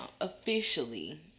officially